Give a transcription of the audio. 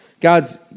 God's